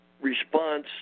response